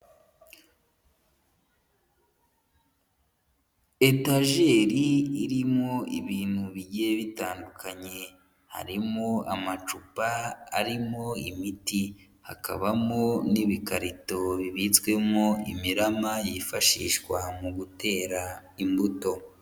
Etajeri irimo ibintu bigiye bitandukanye, harimo amacupa arimo imiti, hakabamo n'ibikarito bibitswemo imirama yifashishwa mu gutera imbuto.